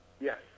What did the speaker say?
Yes